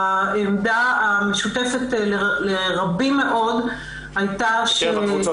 העמדה המשותפת לרבים מאוד הייתה -- מקרב הקבוצות